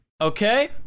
Okay